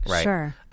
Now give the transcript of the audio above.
Sure